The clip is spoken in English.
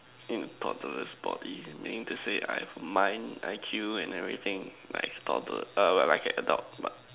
in a toddler's body meaning to say I have mind I_Q and everything like toddler err like an adult but